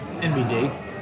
NBD